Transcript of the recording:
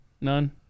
None